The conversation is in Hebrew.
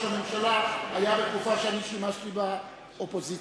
הממשלה היתה בתקופה ששימשתי באופוזיציה.